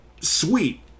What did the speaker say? sweet